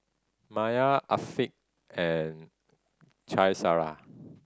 Maya Afiqah and Qaisara